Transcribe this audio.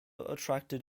attracted